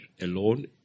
alone